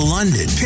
London